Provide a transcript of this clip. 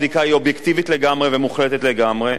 הבדיקה היא אובייקטיבית לגמרי ומוחלטת לגמרי.